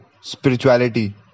spirituality